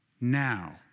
now